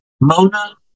Mona